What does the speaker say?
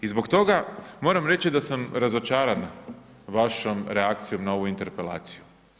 I zbog toga moram reći da sam razočaran vašom reakcijom na ovu interpelaciju.